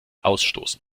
ausstoßen